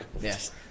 Yes